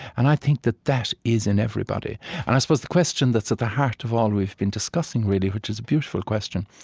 and i think that that is in everybody and i suppose the question that's at the heart of all we've been discussing, really, which is a beautiful question,